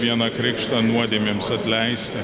vieną krikštą nuodėmėms atleisti